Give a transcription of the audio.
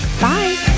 Bye